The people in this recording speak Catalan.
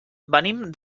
venim